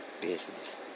Business